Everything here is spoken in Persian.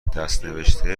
دستنوشته